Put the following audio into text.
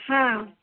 हां